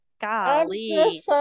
golly